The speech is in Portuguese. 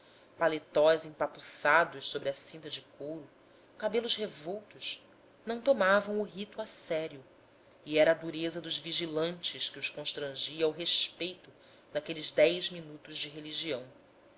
folguedos paletós empa puçados sobre a cinta de couro cabelos revoltos não tomavam o rito a sério e era a dureza dos vigilantes que os constrangia ao respeito daqueles dez minutos de religião